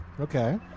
Okay